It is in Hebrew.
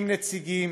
עם נציגים,